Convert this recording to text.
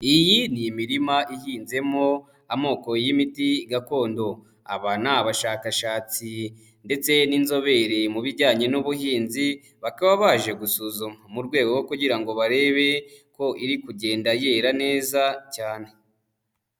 Iyi ni imirima ihinzemo amoko y'imiti gakondo, aba ni abashakashatsi ndetse n'inzobere mu bijyanye n'ubuhinzi bakaba baje gusuzuma mu rwego kugira ngo barebe ko iri kugenda yera neza cyane.